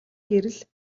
гэрэл